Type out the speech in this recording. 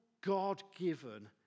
God-given